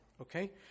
Okay